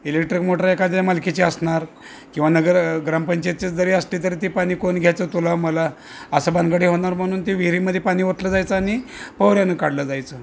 electric motor एखाद्याच्या मालकीची असणार किंवा नगर ग्रामपंचायत जरी असली तरी ते पाणी कोण घ्यायचं तुला मला असं भानगडी होणार म्हणून ते विहिरीमध्ये पाणी ओतलं जायचं आणि पोहऱ्यानं काढलं जायचं